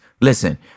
Listen